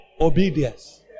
Obedience